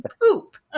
poop